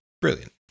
brilliant